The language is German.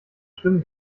schlimm